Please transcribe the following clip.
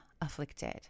afflicted